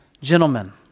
gentlemen